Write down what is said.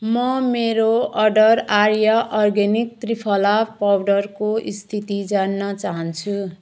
म मेरो order Arya organic Triphala पाउडरको स्थिति जान्न चाहन्छु